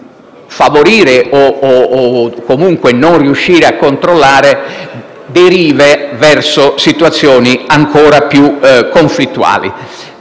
favorire o comunque non riuscire a controllare derive verso situazioni ancora più conflittuali.